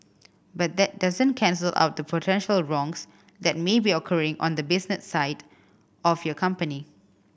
but that doesn't cancel out the potential wrongs that may be occurring on the business side of your company